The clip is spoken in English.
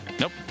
nope